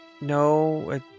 No